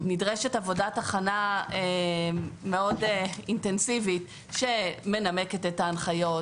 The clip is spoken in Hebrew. נדרשת עבודת הכנה אינטנסיבית מאוד שמנמקת את ההנחיות,